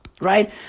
Right